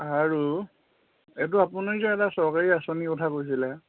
আৰু এইটো আপুনি যে এটা চৰকাৰী আঁচনিৰ কথা কৈছিলে